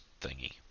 thingy